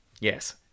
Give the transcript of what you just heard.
yes